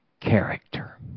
character